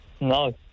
no